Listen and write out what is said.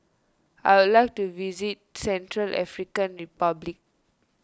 I will like to visit Central African Republic